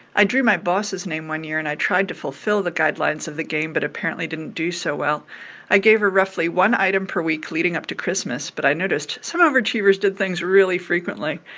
i drew my boss' name one year. and i tried to fulfill the guidelines of the game but apparently didn't do so well i gave her roughly one item per week leading up to christmas. but i noticed some overachievers did things really frequently,